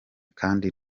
kandi